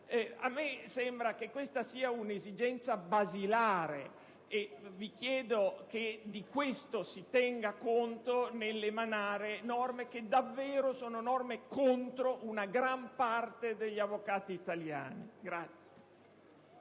A me sembra che questa sia un'esigenza elementare. Vi chiedo che di questo si tenga conto nell'emanare norme che davvero vanno contro l'interesse di gran parte degli avvocati italiani.